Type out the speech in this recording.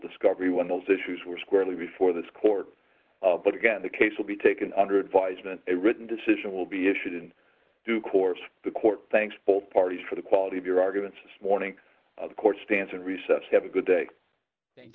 discovery when those issues were squarely before this court but again the case will be taken under advisement a written decision will be issued in due course the court thanks both parties for the quality of your arguments this morning the court's stance and recess have a good day thank